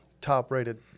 top-rated